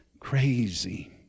Crazy